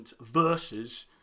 versus